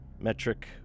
Metric